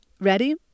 Ready